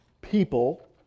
People